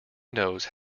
knows